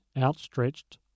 outstretched